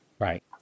Right